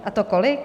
A to kolik?